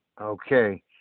Okay